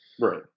Right